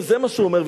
וזה מה שהוא אומר,